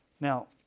Now